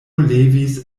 levis